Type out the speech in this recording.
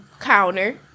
counter